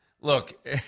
Look